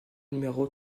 numéro